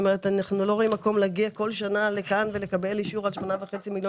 אנחנו לא רואים מקום להגיע לכאן כל שנה ולקבל אישור על 8.5 מיליון.